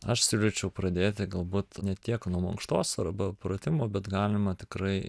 aš siūlyčiau pradėti galbūt ne tiek nuo mankštos arba pratimų bet galima tikrai